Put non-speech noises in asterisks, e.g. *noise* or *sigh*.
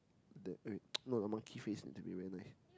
that eh wait *noise* not a monkey face need to be very nice